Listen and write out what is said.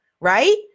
right